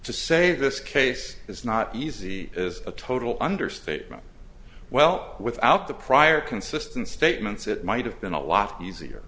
to say this case is not easy is a total understatement well without the prior consistent statements it might have been a lot easier